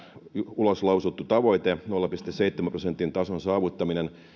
ulos lausuttu tavoite nolla pilkku seitsemän prosentin tason saavuttaminen